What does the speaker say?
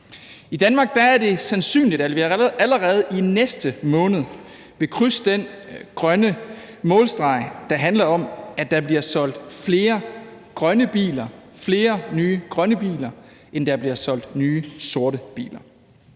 I Danmark er det sandsynligt, at vi allerede i næste måned vil krydse den grønne målstreg, der handler om, at der bliver solgt flere nye grønne biler, end der bliver solgt nye sorte biler.